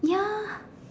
ya